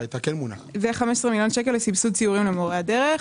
ו-15 מיליון שקל לסבסוד סיורים למורי הדרך.